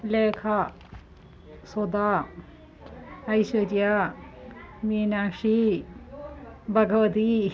Lekha Sudha Aishwarya Meenakshi Bhagavati